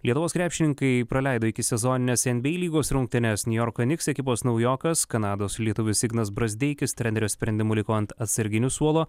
lietuvos krepšininkai praleido ikisezonines nba lygos rungtynes niujorko niks ekipos naujokas kanados lietuvis ignas brazdeikis trenerio sprendimu liko ant atsarginių suolo